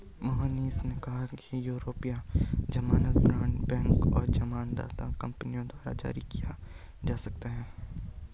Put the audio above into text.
मोहनीश ने कहा कि यूरोपीय ज़मानत बॉण्ड बैंकों और ज़मानत कंपनियों द्वारा जारी किए जा सकते हैं